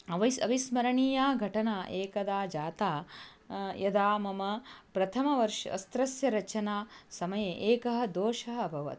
अवैस् अविस्मरणीया घटना एकदा जाता यदा मम प्रथमवर्षे वस्त्रस्य रचनासमये एकः दोषः अभवत्